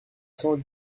cent